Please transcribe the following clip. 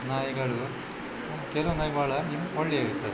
ನಾಯಿಗಳು ಕೆಲವು ನಾಯಿ ಭಾಳ ಒಳ್ಳೆ ಇರುತ್ತವೆ